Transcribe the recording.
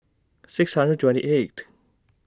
six hundred twenty eight